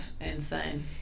Insane